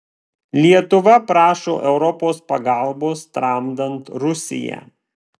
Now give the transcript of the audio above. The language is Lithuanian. lietuva prašo europos pagalbos tramdant rusiją